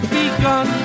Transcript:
begun